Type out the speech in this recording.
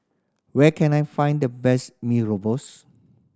where can I find the best mee